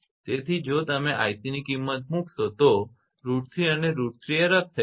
તેથી જો તમે 𝐼𝑐 કિંમત મૂકશો તો √3 અને √3 એ રદ થઇ જશે